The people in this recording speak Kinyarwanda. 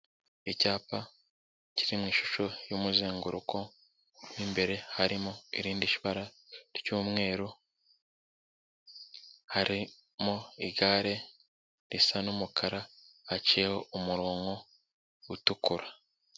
Icyapa kiri mu ishusho y'umuzenguruko, mo imbere harimo irindi bara ry'umweru. Harimo igare risa n'umukara haciyeho umurongo utukura.